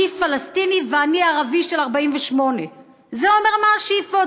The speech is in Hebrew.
אני פלסטיני ואני ערבי של 48'. זה אומר מה השאיפות.